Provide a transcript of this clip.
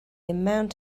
amount